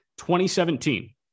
2017